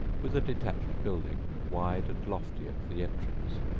with a detached building wide and lofty at the entrance,